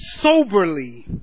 soberly